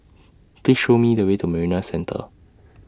Please Show Me The Way to Marina Centre